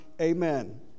Amen